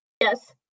Yes